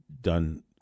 done